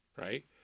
right